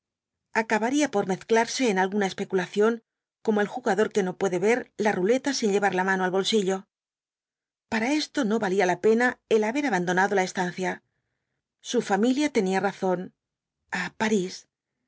acabaría por mezclarse en alguna especulación como el jugador que no puede ver la ruleta sin llevar la mano al bolsillo para esto no valía la pena el haber abandonado la estancia su familia tenía razón a parís